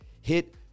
hit